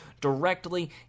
directly